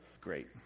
Great